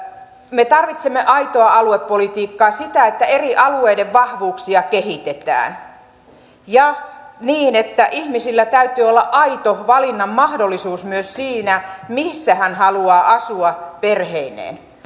me tarvitsemme aitoa aluepolitiikkaa sitä että eri alueiden vahvuuksia kehitetään ja niin että ihmisellä on aito valinnan mahdollisuus myös siinä missä hän haluaa asua perheineen